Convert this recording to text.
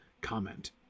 comment